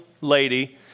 lady